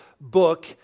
book